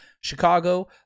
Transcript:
Chicago